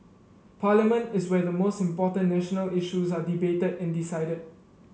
parliament is where the most important national issues are debated and decided